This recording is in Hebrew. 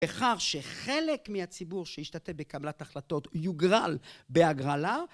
בכך שחלק מהציבור שישתתף בקבלת החלטות יוגרל בהגרלה